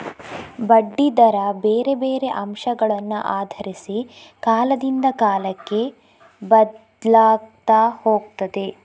ಬಡ್ಡಿ ದರ ಬೇರೆ ಬೇರೆ ಅಂಶಗಳನ್ನ ಆಧರಿಸಿ ಕಾಲದಿಂದ ಕಾಲಕ್ಕೆ ಬದ್ಲಾಗ್ತಾ ಹೋಗ್ತದೆ